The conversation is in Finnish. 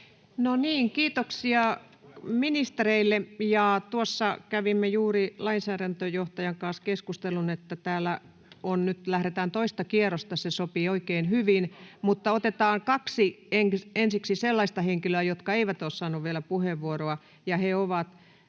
No niin, kiitoksia ministereille. — Tuossa kävimme juuri lainsäädäntöjohtajan kanssa keskustelun, että kun täällä nyt lähdetään toista kierrosta — se sopii oikein hyvin — niin otetaan ensiksi kaksi sellaista henkilöä, jotka eivät ole saaneet vielä puheenvuoroa,